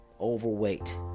overweight